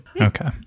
Okay